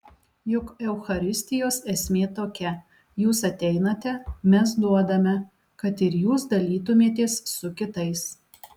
juk eucharistijos esmė tokia jūs ateinate mes duodame kad ir jūs dalytumėtės su kitais